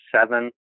seven